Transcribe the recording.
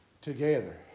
together